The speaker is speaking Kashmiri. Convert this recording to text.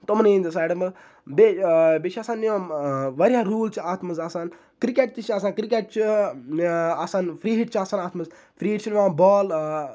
تُمنٕے ہِنٛدِس سایڑس مَنٛز بیٚیہِ بیٚیہِ چھِ آسان یِم واریاہ روٗل چھِ اَتھ مَنٛز آسان کرکَٹ تہٕ چھُ آسان کرکَٹ چھُ آسان فری ہِٹ چھِ آسان اَتھ مَنٛز فری ہِٹ چھُ یِوان بال